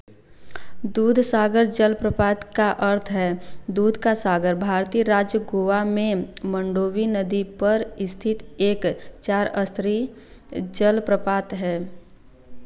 दूधसागर जलप्रपात का अर्थ है दूध का सागर भारतीय राज्य गोवा में मंडोवी नदी पर स्थित एक चार स्तरीय जलप्रपात है